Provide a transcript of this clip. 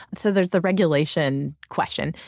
so there's the regulation question.